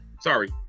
Sorry